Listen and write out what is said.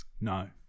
no